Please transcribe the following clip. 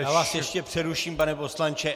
Já vás ještě přeruším, pane poslanče.